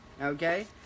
Okay